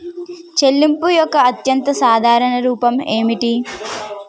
చెల్లింపు యొక్క అత్యంత సాధారణ రూపం ఏమిటి?